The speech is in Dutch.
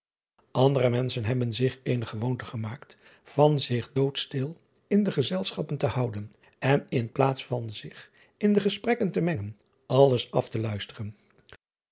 ndere menschen hebben zich eene gewoonte gemaakt van zich dood stil in de gezelschappen te houden en in plaats van zich in de gesprekken te mengen alles af te luisteren